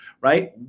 right